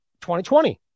2020